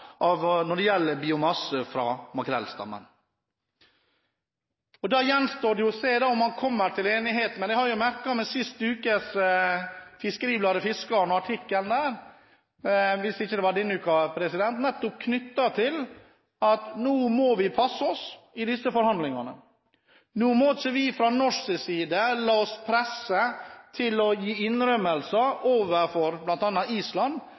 av biomasse fra makrellstammen. Da gjenstår det å se om man kommer til enighet. Jeg har merket meg sist ukes – hvis det ikke var denne ukas – artikkel i FiskeribladetFiskaren om at vi må passe oss i disse forhandlingene. Vi må fra norsk side ikke la oss presse til å gi innrømmelser overfor bl.a. Island,